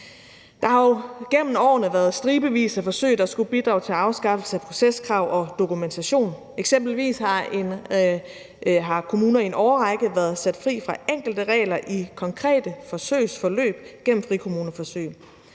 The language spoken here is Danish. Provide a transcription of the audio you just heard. Der har jo gennem årene været stribevis af forsøg, der skulle bidrage til afskaffelse af proceskrav og dokumentation. Eksempelvis har kommuner i en årrække været sat fri fra enkelte regler i konkrete forsøgsforløb gennem frikommuneforsøg.